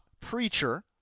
Preacher